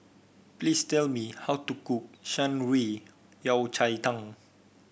please tell me how to cook Shan Rui Yao Cai Tang